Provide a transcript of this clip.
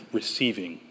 receiving